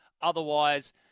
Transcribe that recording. Otherwise